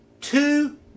two